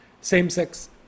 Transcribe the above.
same-sex